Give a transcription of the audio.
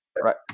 Right